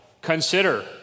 consider